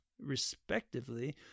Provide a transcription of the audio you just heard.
respectively